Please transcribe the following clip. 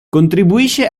contribuisce